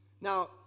Now